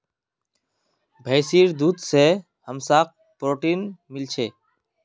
भैंसीर दूध से हमसाक् प्रोटीन मिल छे